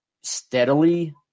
steadily